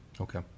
Okay